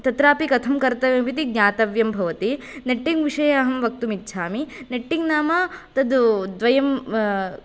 तत्रापि कथं कर्तव्यम् इति ज्ञातव्यं भवति नेट्टिङ्ग् विषये अहं वक्तुं इच्छामि नेट्टिङ्ग् नाम तत् द्वयम्